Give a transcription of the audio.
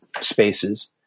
spaces